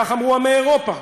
כך אמרו עמי אירופה,